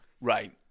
Right